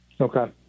Okay